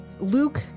Luke